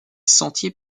sentiers